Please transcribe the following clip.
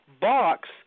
box